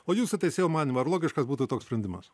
o jūsų teisėjau manymu ar logiškas būtų toks sprendimas